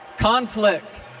Conflict